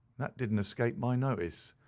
that didn't escape my notice.